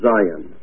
Zion